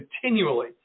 continually